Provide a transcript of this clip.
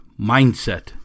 Mindset